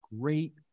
great